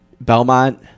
Belmont